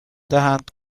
دهند